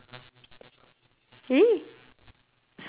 !ee!